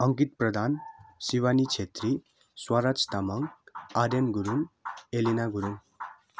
Ankit Pradhan Shivani Chhetri Swaraj Tamang Aryan Gurung Elina Gurung